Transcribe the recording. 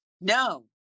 No